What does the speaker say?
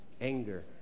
anger